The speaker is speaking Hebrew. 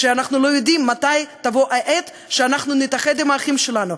ואנחנו לא יודעים מתי תבוא העת שנתאחד עם האחים שלנו,